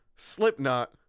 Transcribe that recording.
Slipknot